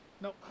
No